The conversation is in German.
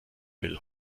will